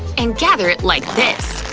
and gather it like this.